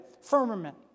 firmament